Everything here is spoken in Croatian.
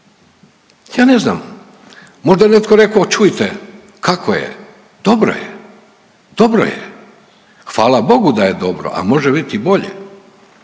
Ja ne znam možda je netko rekao čujte kako je, dobro je, dobro je, hvala Bogu da je dobro, a može biti i bolje